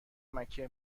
مکه